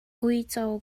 uico